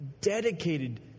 dedicated